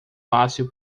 fácil